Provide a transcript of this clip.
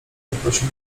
zaprosił